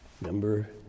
number